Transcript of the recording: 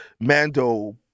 Mando